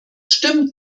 stimmt